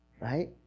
right